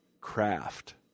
craft